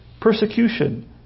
Persecution